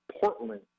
Portland